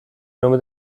nome